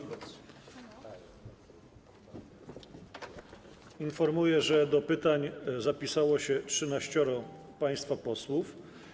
Informuję, że do pytań zapisało się 13 państwa posłów.